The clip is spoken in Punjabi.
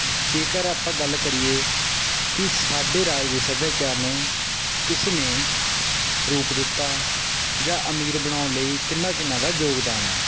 ਜੇਕਰ ਆਪਾਂ ਗੱਲ ਕਰੀਏ ਕਿ ਸਾਡੇ ਰਾਜ ਦੇ ਸੱਭਿਆਚਾਰ ਨੂੰ ਕਿਸ ਨੇ ਰੂਪ ਦਿੱਤਾ ਜਾਂ ਅਮੀਰ ਬਣਾਉਣ ਲਈ ਕਿਹਨਾਂ ਕਿਹਨਾਂ ਦਾ ਯੋਗਦਾਨ ਹੈ